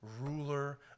Ruler